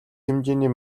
хэмжээний